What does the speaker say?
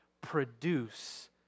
produce